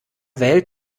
wählt